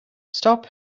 stop